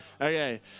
Okay